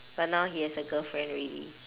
but now he has a girlfriend already